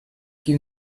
give